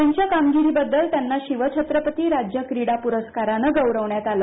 त्यांच्या कामगिरीबद्दल त्यांना शिवछत्रपती राज्य क्रीडा पुरस्कारानं गौरविण्यात आलं